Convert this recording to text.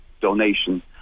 donation